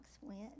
went